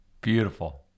Beautiful